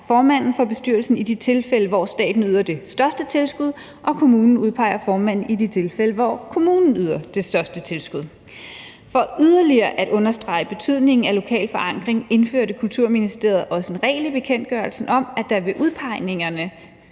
formanden for bestyrelsen i de tilfælde, hvor staten yder det største tilskud, og kommunen udpeger formanden i de tilfælde, hvor kommunen yder det største tilskud. For yderligere at understrege betydningen af lokal forankring indførte Kulturministeriet også en regel i bekendtgørelsen om, at der ved udpegningerne